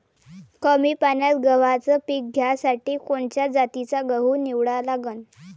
कमी पान्यात गव्हाचं पीक घ्यासाठी कोनच्या जातीचा गहू निवडा लागन?